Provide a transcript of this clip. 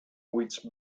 which